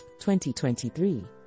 2023